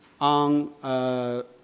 on